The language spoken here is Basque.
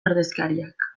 ordezkariak